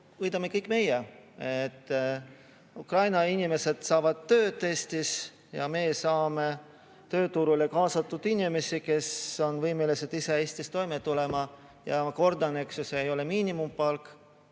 võidame kõik meie. Ukraina inimesed saavad Eestis tööd ja meie saame tööturule kaasatud inimesi, kes on võimelised ise Eestis toime tulema. Kordan, see ei ole miinimumpalk,